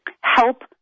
help